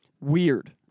weird